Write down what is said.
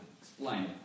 explain